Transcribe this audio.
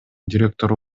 директору